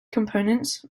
components